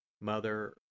Mother